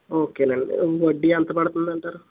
okay అండి వడ్డీ ఎంత పడుతుందంటారు